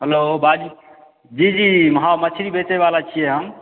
hello बाजू जी जी हँ मछली बेचैवला छियै हम